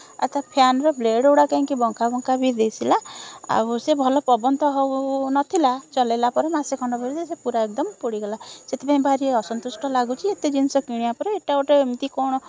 ଆଉ ତା' ଫ୍ୟାନ୍ ର ବ୍ଲେଡ଼ ଗୁଡ଼ା ବି କାହିଁ ବଙ୍କା ବଙ୍କା ବି ଦିଶିଲା ଆଉ ସେ ଭଲ ପବନ ତ ହେଉ ନଥିଲା ଚଲେଇଲା ପରେ ମାସେ ଖଣ୍ଡେ ସେ ପୁରା ଏକଦମ୍ ପୋଡ଼ିଗଲା ସେଥିପାଇଁ ଭାରି ଅସନ୍ତୁଷ୍ଟ ଲାଗୁଛି ଏତେ ଜିନିଷ କିଣିବା ପରେ ଏଟା ଗୋଟେ ଏମିତି କ'ଣ